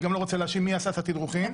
לא רוצה להאשים את מי שעשה את התדרוכים.